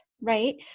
right